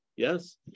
Yes